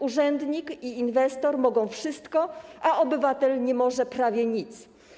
Urzędnik i inwestor mogą wszystko, a obywatel nie może prawie nic.